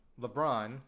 LeBron